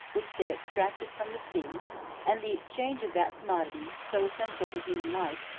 which they extracted from the sea and the exchange of that commodity, so essential to human life,